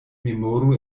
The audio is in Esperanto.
memoru